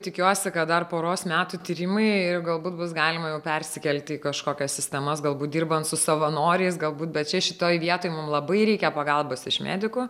tikiuosi kad dar poros metų tyrimai ir galbūt bus galima jau persikelti į kažkokias sistemas galbūt dirbant su savanoriais galbūt bet čia šitoj vietoj mums labai reikia pagalbos iš medikų